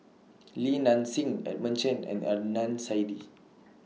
Li Nanxing Edmund Chen and Adnan Saidi